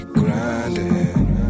grinding